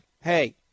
hey